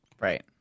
Right